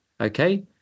okay